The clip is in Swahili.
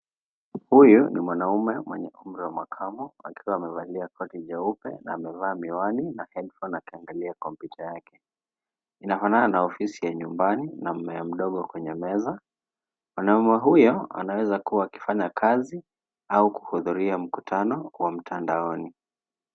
Huyu ni mwanaume mwenye umri wa makamu akiwa amevalia koti jeupe na amevaa miwani na headphone akiangalia kompyuta yake. Inafanana na ofisi ya nyumbani na mmea mdogo kwenye meza. Mwanaume huyo anaweza kuwa akifanya kazi au kuhudhuria mkutano wa mtandaoni.